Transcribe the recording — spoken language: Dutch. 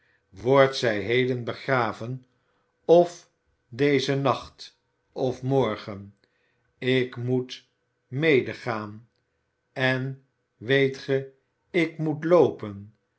wordt zij heden begraven of dezen nacht of morgen ik moet medegaan en weet ge ik moet loopen